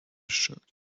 should